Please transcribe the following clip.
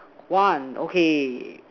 one okay